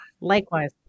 Likewise